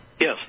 yes